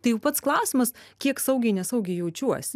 tai jau pats klausimas kiek saugiai nesaugiai jaučiuos